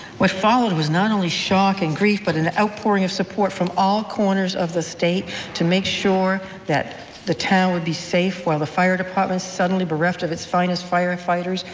what followed was not only shock and grief, but an outpouring of support from all corners of the state to make sure the town would be safe while the fire department, suddenly bereft of its finest firefighters,